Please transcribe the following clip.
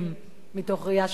מתוך ראייה של הורות שוויונית.